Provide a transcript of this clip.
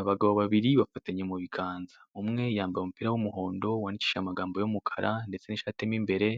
Abagabo babiri bafatanye mu biganza, umwe yambaye umupira w'umuhondo wandikishije amagambo y'umukara ndetse n'ishati mo imbere,